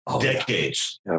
decades